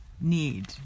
need